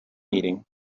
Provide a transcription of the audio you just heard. eating